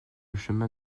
chemin